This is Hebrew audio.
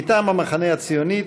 מטעם המחנה הציוני,